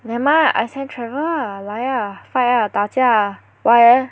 never mind ah I send Trevor ah 来 ah fight ah 打架 ah why eh